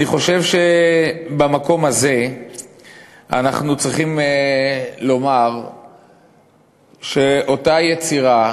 אני חושב שבמקום הזה אנחנו צריכים לומר שאותה יצירה,